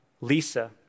Lisa